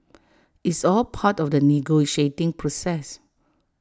it's all part of the negotiating process